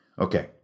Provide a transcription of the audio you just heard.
Okay